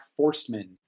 Forstman